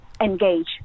engage